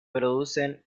producen